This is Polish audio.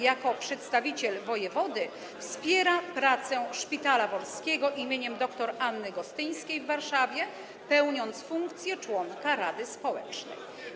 Jako przedstawiciel wojewody wspiera pracę Szpitala Wolskiego im. dr Anny Gostyńskiej w Warszawie, pełniąc funkcję członka rady społecznej.